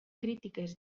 crítiques